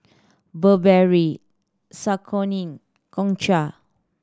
Burberry Saucony Gongcha